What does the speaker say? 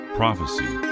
prophecy